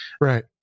right